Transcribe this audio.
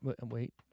Wait